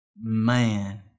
Man